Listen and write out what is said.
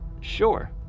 sure